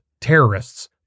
terrorists